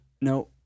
No